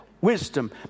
Wisdom